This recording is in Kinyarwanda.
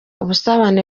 ubusabane